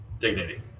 dignity